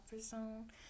zone